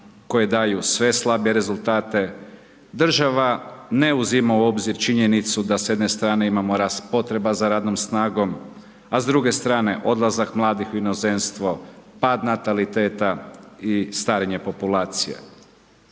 koje daju sve slabije rezultate, država ne uzima u obzir činjenicu da s jedne strane imamo rast potreba za radnom snagom a s druge strane odlazak mladih u inozemstvo, pad nataliteta i starenje populacije.